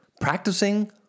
Practicing